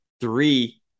three